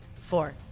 four